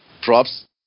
props